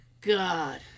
God